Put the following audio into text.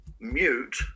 mute